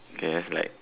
that's like